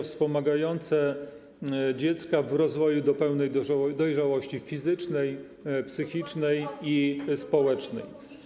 wspomagające dziecko w rozwoju do pełnej dojrzałości fizycznej, psychicznej i społecznej.